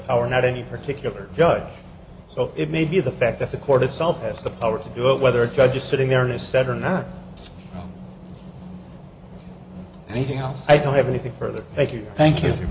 power not any particular judge so it may be the fact that the court itself has the power to do it whether a judge just sitting there in a set or not anything else i don't have anything further thank you thank you